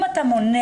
אם אתה מונע,